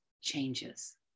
changes